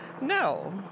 No